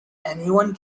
anyone